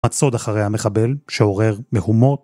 מצוד אחרי המחבל שעורר מהומות.